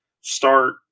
start